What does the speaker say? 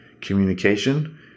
communication